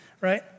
Right